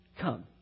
come